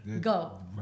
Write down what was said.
Go